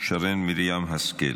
שרן מרים השכל.